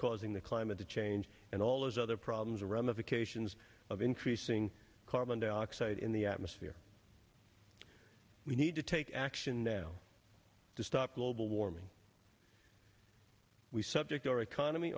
causing the climate to change and all those other problems around the vacations of increasing carbon dioxide in the atmosphere we need to take action now to stop global warming we subject our economy